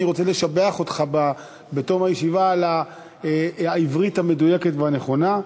אני רוצה לשבח אותך בתום הישיבה על העברית המדויקת והנכונה.